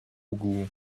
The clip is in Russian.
углу